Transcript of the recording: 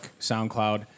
SoundCloud